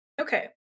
okay